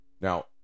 Now